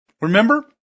Remember